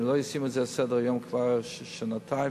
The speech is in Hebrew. ישימו את זה על סדר-היום, כך זה כבר שנתיים.